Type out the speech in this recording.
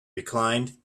reclined